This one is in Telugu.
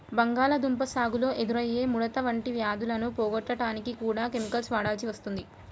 బంగాళాదుంప సాగులో ఎదురయ్యే ముడత వంటి వ్యాధులను పోగొట్టడానికి కూడా కెమికల్స్ వాడాల్సి వస్తుంది